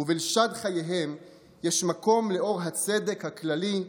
--- ובלשד חייהם יש מקום לאור הצדק הכללי,